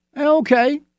Okay